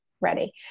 ready